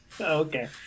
Okay